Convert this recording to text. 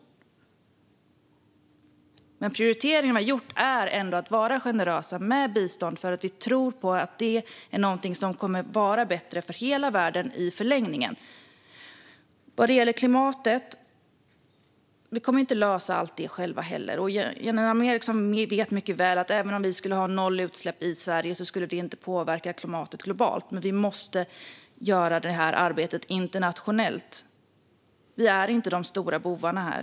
Men den prioritering vi har gjort är ändå att vara generösa med bistånd, för vi tror att det är någonting som kommer att vara bättre för hela världen i förlängningen. Vad gäller klimatet kan vi inte lösa allt själva. Även om vi skulle ha nollutsläpp i Sverige skulle det inte påverka klimatet globalt. Vi måste göra det här arbetet internationellt. Vi är inte de stora bovarna här.